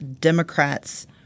Democrats